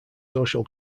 social